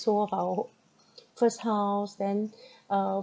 sold off our ho~ first house then uh